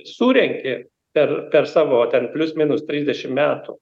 surenki per per savo ten plius minus trisdešimt metų